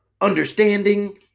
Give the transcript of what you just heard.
understanding